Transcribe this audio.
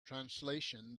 translation